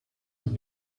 have